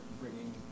bringing